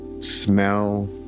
smell